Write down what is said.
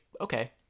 okay